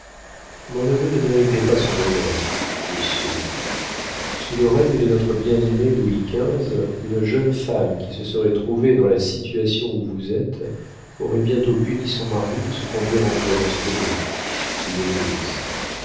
mon neveu ne méritait pas son bonheur le sot sous le règne de notre bien-aimé louis xv une jeune femme qui se serait trouvée dans la situation où vous êtes aurait bientôt puni son mari de se conduire en vrai lansquenet l'égoïste